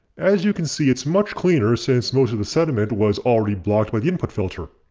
as you can see it's much cleaner since most of the sediment was already blocked by the input filter.